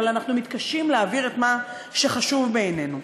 אבל אנחנו מתקשים להעביר את מה שחשוב בעינינו.